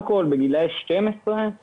אלכוהול בגילאי 12 הוא